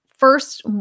first